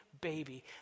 baby